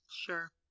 sure